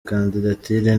kandidatire